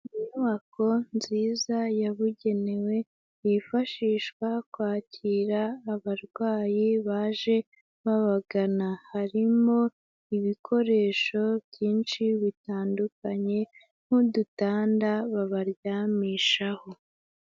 Inyubako nziza yabugenewe yifashishwa kwakira abarwayi baje babagana, harimo ibikoresho byinshi bitandukanye nk'udutanda babaryamishaho.